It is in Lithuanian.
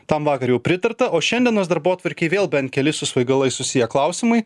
tam vakar jau pritarta o šiandienos darbotvarkėj vėl bent keli su svaigalais susiję klausimai